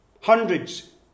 hundreds